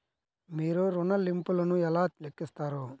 మీరు ఋణ ల్లింపులను ఎలా లెక్కిస్తారు?